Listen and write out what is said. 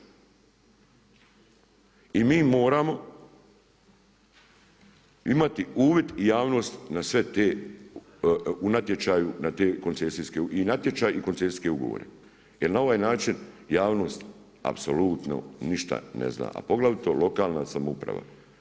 I mi moramo imati uvid javnosti na sve te, u natječaju na te koncesijske, i natječaj i koncesijske ugovore jer na ovaj način javnost apsolutno ništa ne zna a poglavito lokalna samouprava.